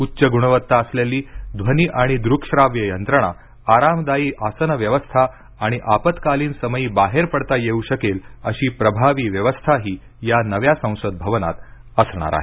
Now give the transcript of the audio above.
उच्च गुणवत्ता असलेली ध्वनी आणि दूकश्राव्य यंत्रणा आरामदायी आसन व्यवस्था आणि आपत्कालीन समयी बाहेर पडता येऊ शकेल अशी प्रभावी व्यवस्थाही या नव्य संसद भवनात असणार आहे